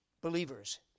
believers